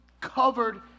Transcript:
covered